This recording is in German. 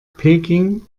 peking